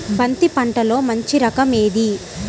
బంతి పంటలో మంచి రకం ఏది?